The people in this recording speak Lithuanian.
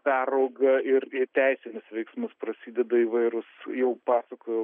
perauga ir į teisinius veiksmus prasideda įvairūs jau pasakojau